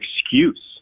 excuse